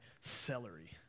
celery